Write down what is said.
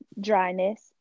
dryness